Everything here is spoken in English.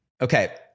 Okay